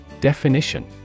Definition